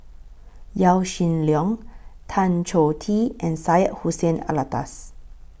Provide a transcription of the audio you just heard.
Yaw Shin Leong Tan Choh Tee and Syed Hussein Alatas